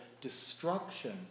destruction